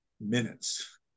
minutes